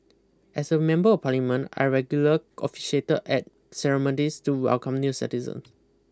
as a member of Parliament I regularly officiated at ceremonies to welcome new citizens